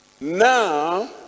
Now